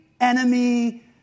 enemy